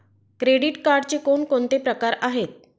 Credit कार्डचे कोणकोणते प्रकार आहेत?